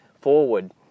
forward